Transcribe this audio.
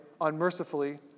unmercifully